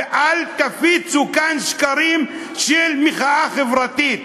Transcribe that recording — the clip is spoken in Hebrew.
ואל תפיצו כאן שקרים של מחאה חברתית.